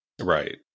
Right